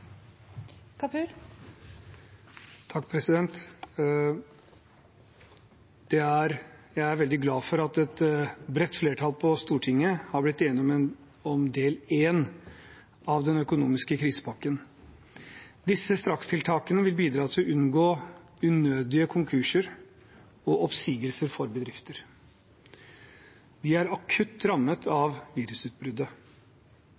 veldig glad for at et bredt flertall på Stortinget har blitt enig om del én av den økonomiske krisepakken. Disse strakstiltakene vil bidra til å unngå unødige konkurser og oppsigelser for bedrifter. Vi er akutt rammet